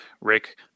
Rick